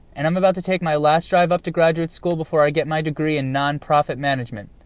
and i'm about to take my last drive up to graduate school before i get my degree in nonprofit management.